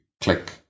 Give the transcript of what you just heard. click